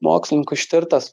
mokslininkų ištirtas